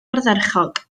ardderchog